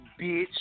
bitch